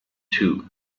too